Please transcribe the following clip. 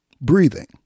Breathing